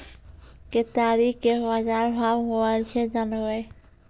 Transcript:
केताड़ी के बाजार भाव मोबाइल से जानवे?